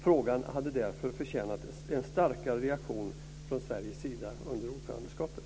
Frågan hade därför förtjänat en starkare reaktion från Sveriges sida under ordförandeskapet.